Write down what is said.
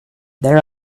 there